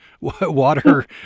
Water